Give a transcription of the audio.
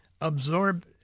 absorb